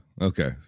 okay